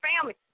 family